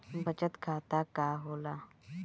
बचत खाता का होला?